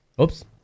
Oops